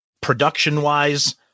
production-wise